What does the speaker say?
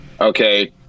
Okay